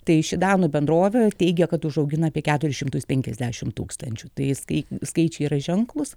tai ši danų bendrovė teigia kad užaugina apie keturis šimtus penkiasdešimt tūkstančių tai skai skaičiai yra ženklūs